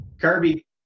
Kirby